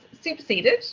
superseded